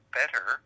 better